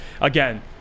again